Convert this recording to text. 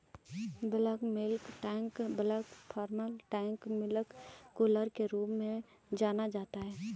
bulk milk tank bulk farm tank milk cooler के रूप में भी जाना जाता है,